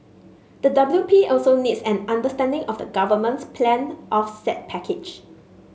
the W P also needs an understanding of the government's planned offset package